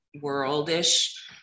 world-ish